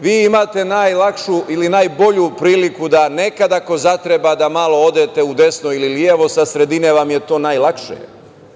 vi imate najlakšu ili najbolju priliku da nekad, ako zatreba, malo odete u desno ili levo, sa sredine vam je to najlakše. Dakle,